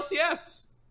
LCS